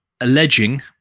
alleging